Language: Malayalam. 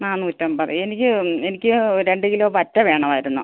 നാന്നൂറ്റൻപത് എനിക്ക് എനിക്ക് രണ്ട് കിലോ വറ്റ വേണമായിരുന്നു